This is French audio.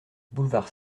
boulevard